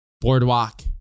boardwalk